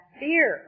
fear